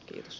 kiitos